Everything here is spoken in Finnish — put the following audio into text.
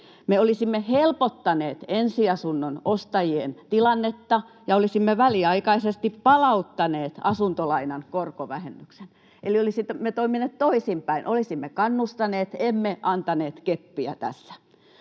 Me olisimme helpottaneet ensiasunnon ostajien tilannetta ja olisimme väliaikaisesti palauttaneet asuntolainan korkovähennyksen. Eli olisimme toimineet toisinpäin, olisimme kannustaneet, emme antaneet keppiä tässä.